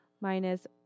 minus